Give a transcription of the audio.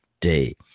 day